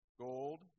gold